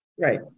Right